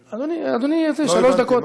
אדוני, שלוש דקות.